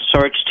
search